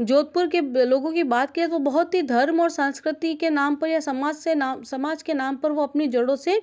जोधपुर के लोगो की बात किया तो बहुत ही धर्म और सांस्कृति के नाम पर यह समाज से नाम समाज के नाम पर वह अपनी जड़ों से